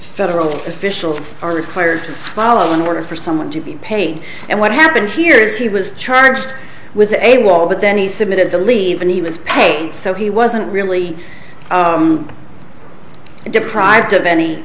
federal officials are required to follow in order for someone to be paid and what happened here is he was charged with a wall but then he submitted to leave and he was paid so he wasn't really deprived of any